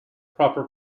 proper